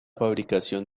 fabricación